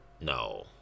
No